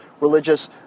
religious